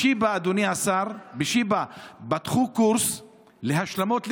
בשיבא, אדוני השר, פתחו קורס להשלמות לרופאים,